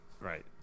right